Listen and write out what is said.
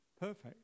Perfect